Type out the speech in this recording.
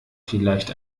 vielleicht